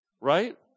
right